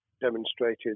demonstrated